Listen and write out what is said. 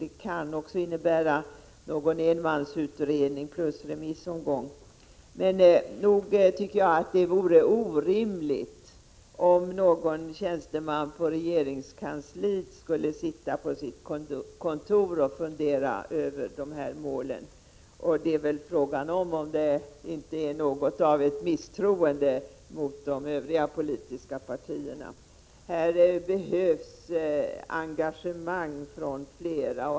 Det kan också innebära någon enmansutredning plus remissomgång. Men nog tycker jag att det vore orimligt om någon tjänsteman på regeringskansliet skulle sitta på sitt kontor och fundera över de här målen. Frågan är om det inte är något av ett misstroende mot de övriga politiska partierna. Här behövs engagemang från flera.